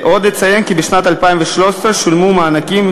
עוד אציין כי במהלך 2013 שולמו מענקים